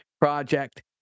Project